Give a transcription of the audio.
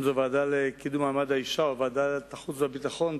אם זו הוועדה לקידום מעמד האשה או ועדת החוץ והביטחון,